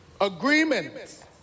agreements